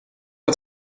ook